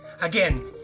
Again